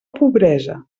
pobresa